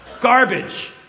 Garbage